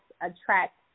attract